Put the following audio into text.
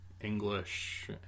English